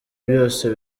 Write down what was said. byose